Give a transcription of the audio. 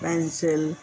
pencil